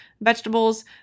vegetables